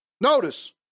Notice